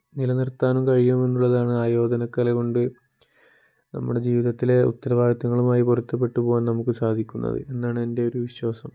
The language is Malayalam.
നിലനിർത്താനും കഴിയുമെന്നുള്ളതാണ് ആയോധന കല കൊണ്ട് നമ്മുടെ ജീവിതത്തിലെ ഉത്തരവാദിത്തങ്ങളുമായി പൊരുത്തപ്പെട്ടു പോവാൻ നമുക്ക് സാധിക്കുന്നത് എന്നാണ് എൻ്റെ ഒരു വിശ്വാസം